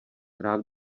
rád